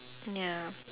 ya